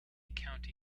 county